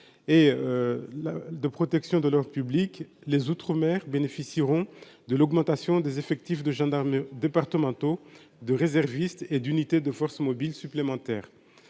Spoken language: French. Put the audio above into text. et de protection de leur public, les outre-mer bénéficieront de l'augmentation des effectifs de gendarmes départementaux de réservistes et d'unités de forces mobiles supplémentaires